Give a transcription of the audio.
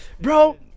Bro